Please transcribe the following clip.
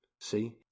See